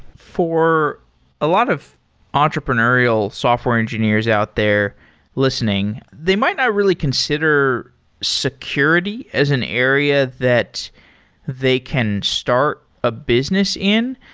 for a lot of entrepreneurial software engineers out there listening, they might not really consider security as an area that they can start a business in.